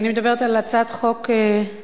אני מדברת על הצעת חוק, אה,